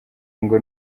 ngo